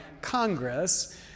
Congress